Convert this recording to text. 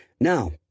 Now